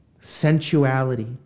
sensuality